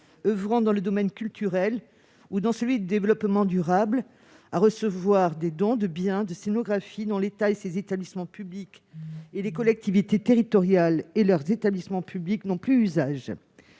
intervenant dans le domaine culturel ou dans celui du développement durable à recevoir des dons de biens de scénographie dont l'État et ses établissements publics, ainsi que les collectivités territoriales et leurs établissements publics, n'ont plus l'usage.